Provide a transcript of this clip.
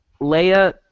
Leia